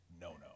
no-no